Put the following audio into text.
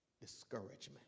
discouragement